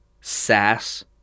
sass